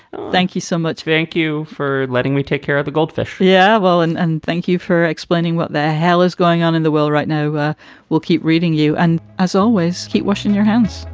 thank you so much thank you for letting me take care of the goldfish yeah, well, and and thank you for explaining what the hell is going on in the world right now. we'll keep reading you. and as always, keep washing your hands